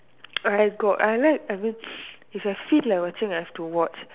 I got I like I mean if I feel like watching I have to watch